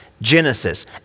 Genesis